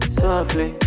softly